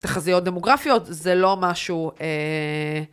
תחזיות דמוגרפיות זה לא משהו.